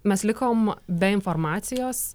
mes likom be informacijos